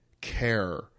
care